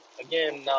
again